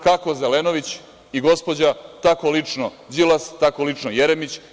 Kako Zelenović i gospođa, tako lično Đilas, tako lično Jeremić.